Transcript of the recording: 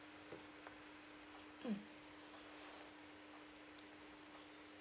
mm